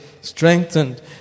Strengthened